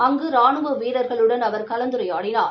அங்கு ராணுவ வீரர்களுடன் அவர் கலந்துரையாடினார்